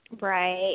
Right